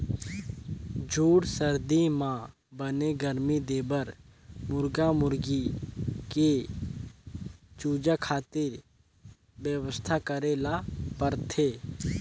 जूड़ सरदी म बने गरमी देबर मुरगा मुरगी के चूजा खातिर बेवस्था करे ल परथे